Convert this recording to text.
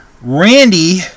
Randy